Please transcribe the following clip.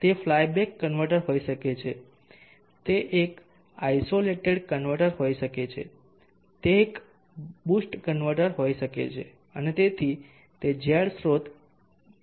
તે flyback converter હોઈ શકે છે તે એક આઈસોલેટેડ કન્વર્ટર હોઈ શકે છે તે બક બૂસ્ટ કન્વર્ટર હોઈ શકે છે અને તેથી તે ઝેડ સ્રોત કન્વર્ટર હોઈ શકે છે